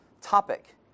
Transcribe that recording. topic